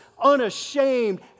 unashamed